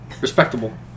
respectable